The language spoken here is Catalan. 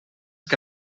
que